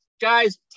Guys